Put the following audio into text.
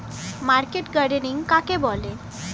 Market gardening কাকে বলে?